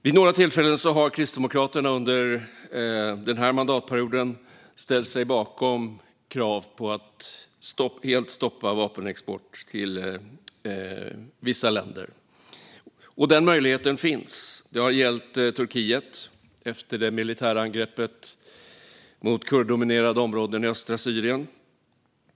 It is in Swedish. Vid några tillfällen under denna mandatperiod har Kristdemokraterna ställt sig bakom krav på att helt stoppa vapenexport till vissa länder. Denna möjlighet finns. Det har gällt Turkiet, efter det militära angreppet mot kurddominerade områden i östra Syrien.